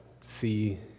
see